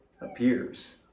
appears